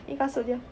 ni kasut dia